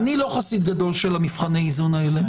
אני לא חסיד גדול של מבחני האיזון האלה.